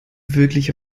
wirklich